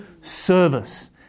service